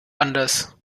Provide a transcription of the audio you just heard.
anders